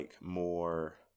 more